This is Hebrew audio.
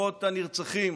למשפחות הנרצחים